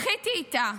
בכיתי איתה.